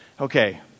Okay